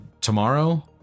Tomorrow